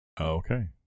Okay